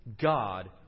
God